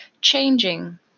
changing